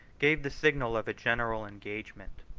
gave the signal of a general engagement.